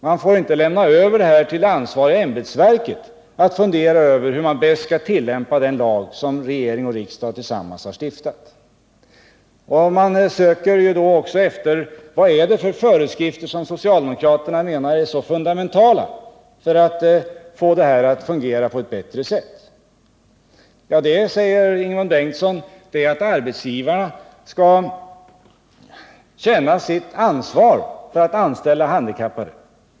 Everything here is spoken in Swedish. Vi får inte lämna över till det ansvariga ämbetsverket att fundera ut hur man bäst skall tillämpa den lag som regeringen och riksdagen tillsammans har stiftat. Vilka föreskrifter är det då som socialdemokraterna menar är så fundamentala för att få detta att fungera på ett bättre sätt? Jo, säger Ingemund Bengtsson, att arbetsgivarna skall känna sitt ansvar för att anställa handikappade.